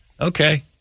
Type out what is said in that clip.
Okay